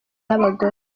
n’abagore